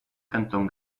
canton